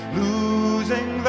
losing